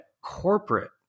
corporate